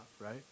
right